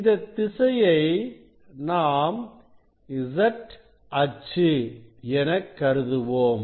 இந்த திசையை நாம் Z அச்சு என கருதுவோம்